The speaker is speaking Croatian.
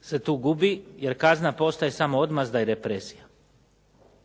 se tu gubi jer kazna postaje samo odmazda i represija.